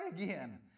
again